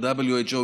ב-WHO,